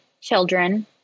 children